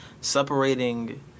separating